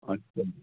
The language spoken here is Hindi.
अच्छा